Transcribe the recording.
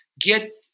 get